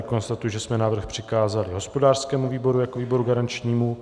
Konstatuji, že jsme návrh přikázali hospodářskému výboru jako výboru garančnímu.